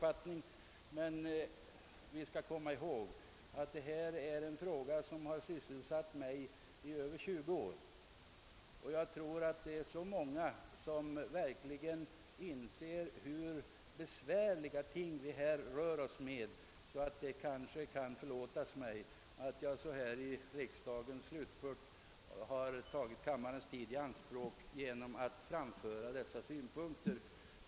Denna fråga har emellertid sysselsatt mig i över 20 år, och många inser säkerligen hur besvärliga ting vi här rör oss med. Det kanske därför kan förlåtas mig att jag i riksdagens slutspurt har tagit kammarens tid i anspråk för att framföra dessa synpunkter.